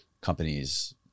companies